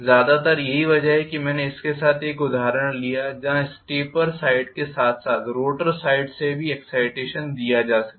ज्यादातर यही वजह है कि मैंने इसके साथ एक उदाहरण लिया जहाँ स्टेटर साइट के साथ साथ रोटर साइट से भी एक्साइटेशन दिया जा सकता है